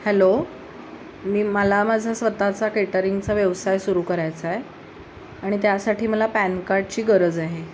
hello मी मला माझा स्वतःचा केटरिंगचा व्यवसाय सुरू करायचा आहे आणि त्यासाठी मला पॅनकार्डची गरज आहे